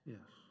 Yes